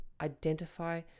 identify